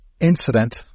incident